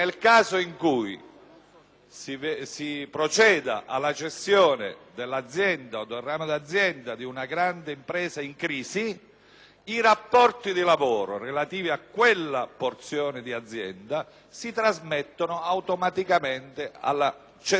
i rapporti di lavoro relativi a quella porzione di azienda si trasmettono automaticamente alla cessionaria dell'azienda stessa e i lavoratori mantengono tutti i diritti pregressi, oltre ad